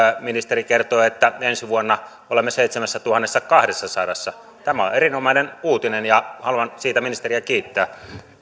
ministeri kertoi että ensi vuonna olemme seitsemässätuhannessakahdessasadassa tämä on erinomainen uutinen ja haluan siitä ministeriä kiittää vielä